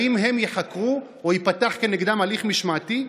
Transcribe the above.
האם הם ייחקרו או ייפתח נגדם הליך משמעתי?